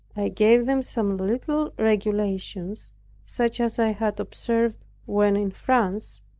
gave them some little regulations such as i had observed when in france,